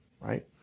Right